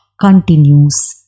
continues